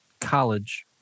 college